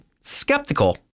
skeptical